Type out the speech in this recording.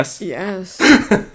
Yes